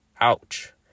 Ouch